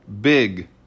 Big